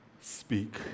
speak